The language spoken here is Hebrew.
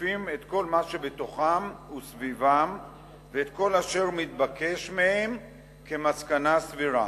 המקיפים כל מה שבתוכם וסביבם ואת כל אשר מתבקש מהם כמסקנה סבירה.